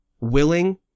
willing